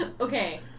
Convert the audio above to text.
Okay